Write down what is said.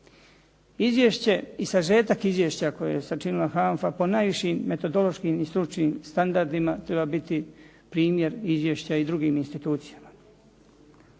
Izvješće i sažetak izvješća koje je sačinila HANFA po najvišim metodološkim i stručnim standardima treba biti primjer izvješća i drugim institucijama.